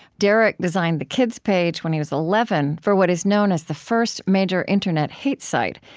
derek designed the kids' page, when he was eleven, for what is known as the first major internet hate site,